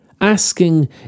asking